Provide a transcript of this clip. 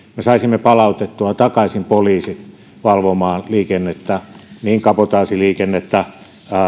me saisimme palautettua takaisin poliisin valvomaan liikennettä niin kabotaasiliikennettä